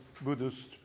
Buddhist